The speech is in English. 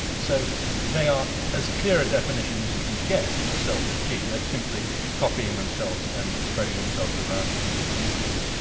so they are as clear a definition as you can get of a selfish gene they are simply copying themselves and spreading themselves around the nucleus.